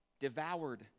devoured